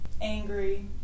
angry